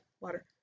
Water